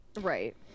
Right